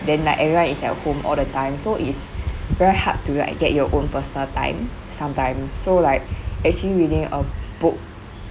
then like everyone is at home all the time so it's very hard to like get your own personal time sometimes so like actually reading a book